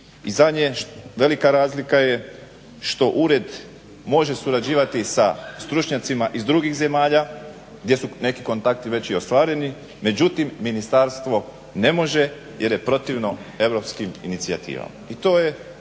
I zadnje je, velika razlika je što ured može surađivati sa stručnjacima iz drugih zemalja gdje su neki kontakti već i ostvareni. Međutim, ministarstvo ne može jer je protivno europskim inicijativama